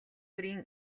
бүрийн